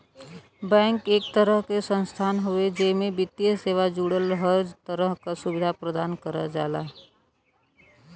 bank एक तरह क संस्थान हउवे जेमे वित्तीय सेवा जुड़ल हर तरह क सुविधा प्रदान करल जाला